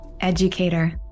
educator